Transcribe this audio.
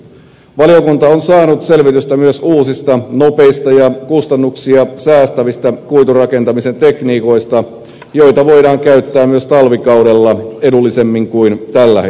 valiokunta on saanut selvitystä myös uusista nopeista ja kustannuksia säästävistä kuiturakentamisen tekniikoista joita voidaan käyttää myös talvikaudella edullisemmin kuin tällä hetkellä